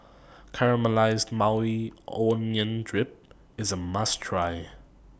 Caramelized Maui Onion Dip IS A must Try